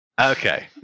okay